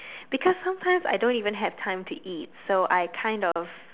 because sometimes I don't even have time to eat so I kind of